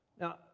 Now